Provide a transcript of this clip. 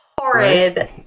horrid